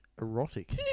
erotic